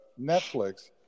Netflix